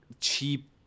cheap